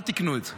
אל תקנו את זה.